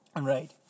Right